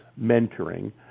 mentoring